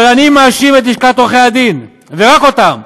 אבל אני מאשים את לשכת עורכי הדין, ורק אותם.